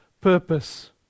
purpose